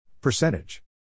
Percentage